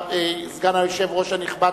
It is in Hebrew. סגן היושב-ראש הנכבד,